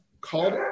called